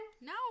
No